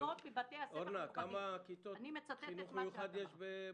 אורנה שמחון, כמה כיתות חינוך מיוחד יש בצפון?